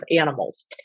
animals